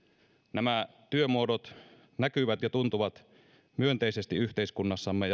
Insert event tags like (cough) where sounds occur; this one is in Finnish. nämä työmuodot näkyvät ja tuntuvat myönteisesti yhteiskunnassamme (unintelligible)